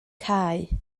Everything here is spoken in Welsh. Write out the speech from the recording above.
cae